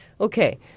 Okay